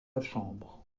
chambre